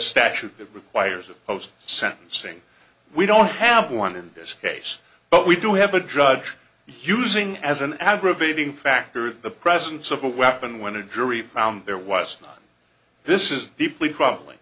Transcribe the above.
statute that requires it of sentencing we don't have one in this case but we do have a drug using as an aggravating factor the presence of a weapon when a jury found there was this is deeply probably